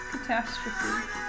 catastrophe